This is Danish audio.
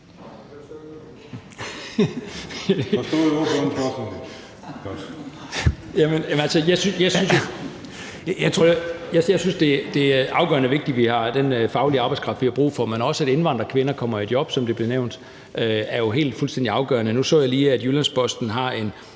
Jeg synes, det er afgørende vigtigt, at vi har den faglige arbejdskraft, vi har brug for, men også at indvandrerkvinder kommer i job, som det blev nævnt, er jo helt fuldstændig afgørende. Nu så jeg lige, at Jyllands-Posten har en